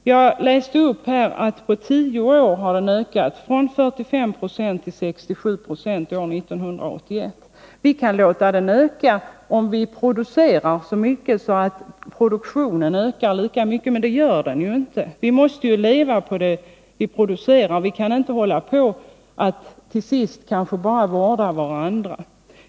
Jag läste tidigare upp att den offentliga verksamheten på tio år har ökat från 45 96 till år 1981 67 26. Vi kan låta den öka, om vi producerar så mycket att produktionen ökar lika mycket — men det gör den inte. Vi måste leva på det vi producerar. Vi kan inte fortsätta en utveckling som leder till att vi till sist bara vårdar varandra.